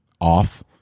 off